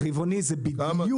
רבעוני זה בדיוק לא.